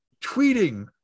tweeting